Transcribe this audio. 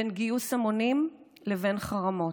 בין גיוס המונים לבין חרמות,